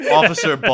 Officer